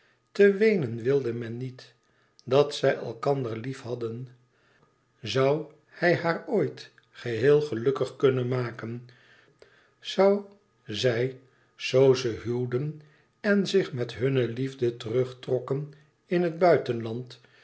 te weenen wilde men niet dat zij elkander lief hadden zoû hij haar ooit geheel gelukkig kunnen maken zoû zij zoo ze huwden en zich met hunne liefde terugtrokken in het buitenland